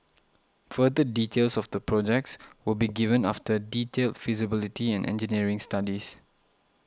further details of the projects will be given after detailed feasibility and engineering studies